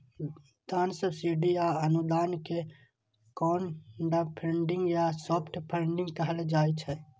दान, सब्सिडी आ अनुदान कें क्राउडफंडिंग या सॉफ्ट फंडिग कहल जाइ छै